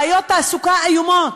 בעיות תעסוקה איומות.